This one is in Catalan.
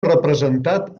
representat